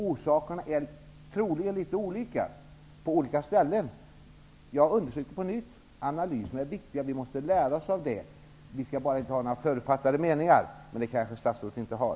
Orsakerna är därför troligen litet olika på olika ställen. Jag vill på nytt understryka att analysen är viktig och att vi måste lära oss av den. Vi skall inte ha några förutfattade meningar. Men det kanske statsrådet inte har.